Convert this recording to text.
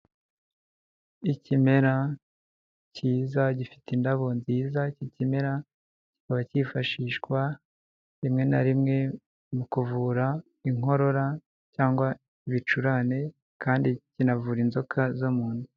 Ikimera kiza gifite indabo nziza, iki kimera kikaba kifashishwa rimwe na rimwe mu kuvura inkorora cyangwa ibicurane kandi kinavura inzoka zo mu nda.